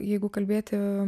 jeigu kalbėti